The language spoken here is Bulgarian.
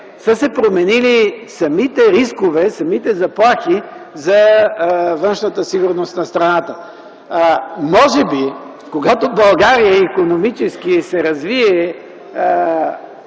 са се променили самите рискове, заплахите за външната сигурност на страната. Може би, когато България се развие